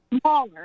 smaller